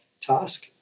task